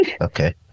okay